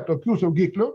tokių saugiklių